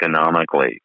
economically